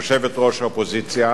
יושבת-ראש האופוזיציה